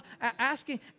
asking